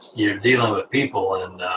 you're dealing with people, and